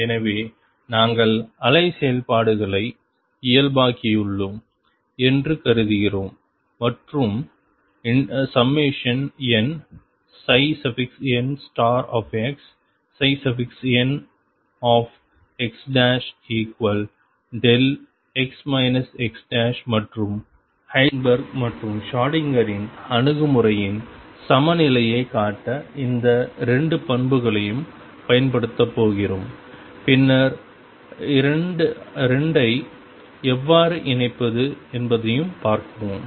எனவே நாங்கள் அலை செயல்பாடுகளை இயல்பாக்கியுள்ளோம் என்று கருதுகிறோம் மற்றும் nnxnxδx x மற்றும் ஹைசன்பெர்க் Heisenberg's மற்றும் ஷ்ரோடிங்கரின் Schrodinger's அணுகுமுறையின் சமநிலையைக் காட்ட இந்த 2 பண்புகளையும் பயன்படுத்தப் போகிறோம் பின்னர் 2 ஐ எவ்வாறு இணைப்பது என்பதைப் பார்க்கவும்